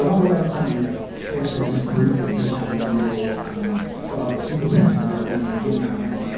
go back to something that sam said just briefly, touch on it. and that is about the super pacs and the dark money and giving out money.